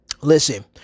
Listen